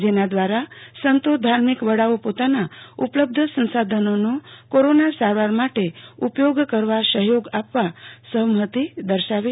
જેના દવારા સંતો ધાર્મિક વડાઓ પોતાના ઉપલબ્ધ સંસાધનોનો કોરોના સારવાર માટે ઉપયોગ કરવા સહયોગ આપે